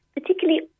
Particularly